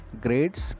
grades